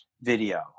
video